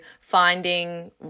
finding